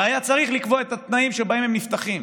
והיה צריך לקבוע את התנאים שבהם הם נפתחים.